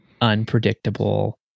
unpredictable